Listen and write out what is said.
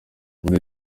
muri